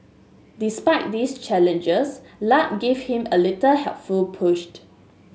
despite this challenges luck gave him a little helpful pushed